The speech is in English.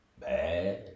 bad